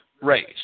race